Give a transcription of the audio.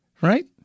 Right